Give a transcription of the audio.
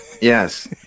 Yes